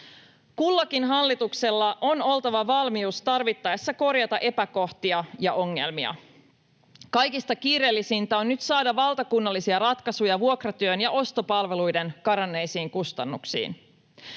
Kullakin hallituksella on oltava valmius tarvittaessa korjata epäkohtia ja ongelmia. Kaikista kiireellisintä on nyt saada valtakunnallisia ratkaisuja vuokratyön ja ostopalveluiden karanneisiin kustannuksiin.